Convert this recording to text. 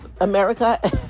America